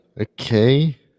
Okay